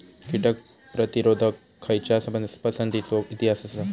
कीटक प्रतिरोधक खयच्या पसंतीचो इतिहास आसा?